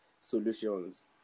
solutions